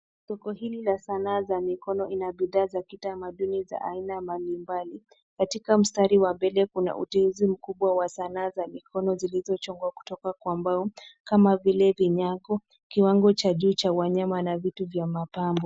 Soko hili la sanaa za mikono ina bidhaa za kitamaduni za aina mbalimbali. Katika mstari wa mbele kuna ujenzi mkubwa wa sanaa za mikono zilizochongwa kutoka kwa mbao, kama vile vinyago, kiwango cha juu cha wanyama na vitu vya mapambo.